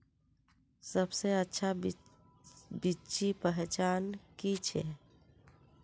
सबसे अच्छा बिच्ची पहचान की छे?